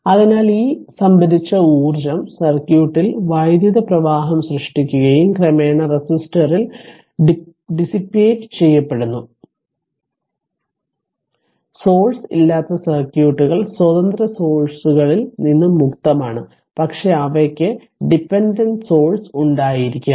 അതിനാൽ ഈ സംഭരിച്ച ഊർജ്ജം സർക്യൂട്ടിൽ വൈദ്യുത പ്രവാഹം സൃഷ്ടിക്കുകയും ക്രമേണ റെസിസ്റ്ററിൽ ഡിസ്സിപ്പേട് ചെയ്യപ്പെടുന്നു അതിനാൽ സോഴ്സ് ഇല്ലാത്ത സർക്യൂട്ടുകൾ സ്വതന്ത്ര സോഴ്സ്കളിൽ നിന്ന് മുക്തമാണ് പക്ഷേ അവയ്ക്ക് ഡിപെൻഡന്റ് സോഴ്സ് ഉണ്ടായിരിക്കാം